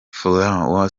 fulham